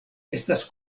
estas